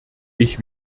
ich